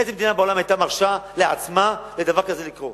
איזו מדינה היתה מרשה לעצמה שדבר כזה יקרה?